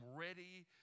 ready